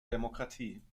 demokratie